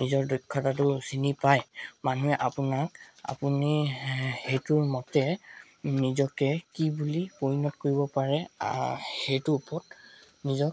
নিজৰ দক্ষতাটো চিনি পায় মানুহে আপোনাক আপুনি সেইটোৰ মতে নিজকে কি বুলি পৈণত কৰিব পাৰে সেইটোৰ ওপৰত নিজক